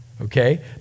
Okay